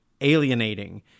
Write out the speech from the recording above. alienating